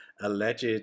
alleged